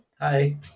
Hi